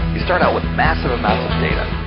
we start out with massive amount of data.